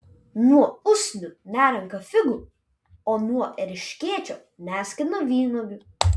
nuo usnių nerenka figų o nuo erškėčio neskina vynuogių